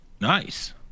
Nice